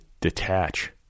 detach